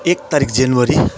एक तारिक जनवरी